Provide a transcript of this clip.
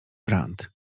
brant